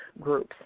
groups